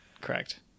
correct